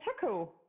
Taco